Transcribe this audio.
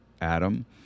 Adam